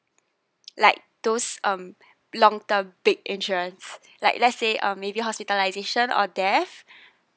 like those um long term big insurance like let's say uh maybe hospitalization or death